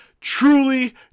Truly